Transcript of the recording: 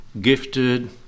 gifted